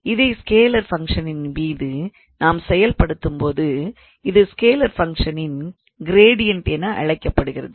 இதை ஸ்கேலார் ஃபங்க்ஷனின் மீது நாம் செயல்படுத்தும்போது இது ஸ்கேலார் ஃபங்க்ஷனின் கிரேடியண்ட் என அழைக்கப்படுகிறது